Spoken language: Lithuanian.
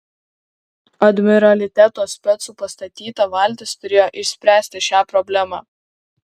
admiraliteto specų pastatyta valtis turėjo išspręsti šią problemą